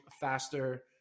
Faster